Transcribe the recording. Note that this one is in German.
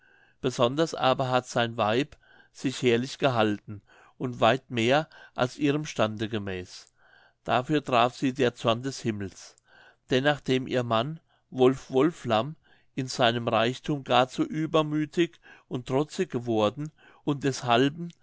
besonders aber hat sein weib sich herlich gehalten und weit mehr als ihrem stande gemäß dafür traf sie der zorn des himmels denn nachdem ihr mann wolf wolflamm in seinem reichthum gar zu übermüthig und trotzig geworden und deshalben